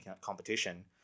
competition